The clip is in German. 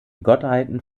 gottheiten